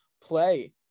play-